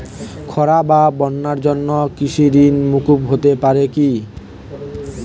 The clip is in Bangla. খরা বা বন্যার জন্য কৃষিঋণ মূকুপ হতে পারে কি?